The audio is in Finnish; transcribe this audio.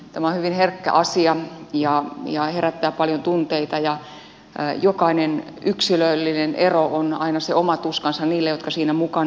tämä on hyvin herkkä asia ja herättää paljon tunteita ja jokainen yksilöllinen ero on aina se oma tuskansa niille jotka siinä mukana ovat